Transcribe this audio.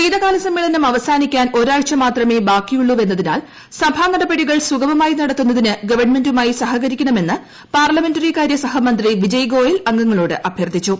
ശീതകാല സമ്മേളനം അവസാനിക്കാൻ ഒരാഴ്ച മാത്രമേ ബാക്കിയുള്ളൂവെന്നതിനാൽ സഭാ പുറ്റുട്ട്പടികൾ സുഗമമായി നടത്തുന്നതിന് ഗവൺമെന്റുമായിട്ടി സഹകരിക്കണമെന്ന് പാർലമെന്ററി കാര്യ സഹമന്ത്രിക്ഷിട്ട്രയ് ഗോയൽ അംഗങ്ങളോട് അഭ്യർത്ഥിച്ചു